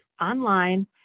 online